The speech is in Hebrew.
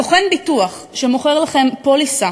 סוכן ביטוח שמוכר לכם פוליסה